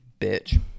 bitch